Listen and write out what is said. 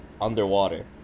underwater